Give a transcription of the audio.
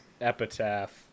Epitaph